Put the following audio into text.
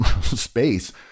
space